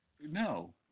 No